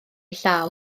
llaw